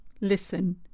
listen